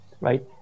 right